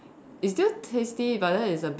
it's still tasty but then it's a bit